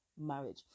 marriage